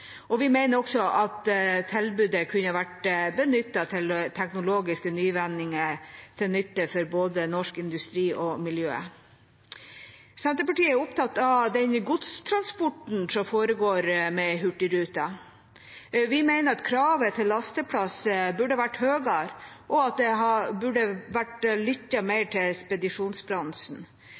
Vi mener også at tilbudet kunne vært benyttet til teknologiske nyvinninger, til nytte for både norsk industri og miljøet. Senterpartiet er opptatt av den godstransporten som foregår med hurtigruta. Vi mener at kravet til lasteplass burde vært høyere, og at det burde vært lyttet mer til spedisjonsbransjen.